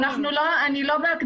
אני לא בהקדמות.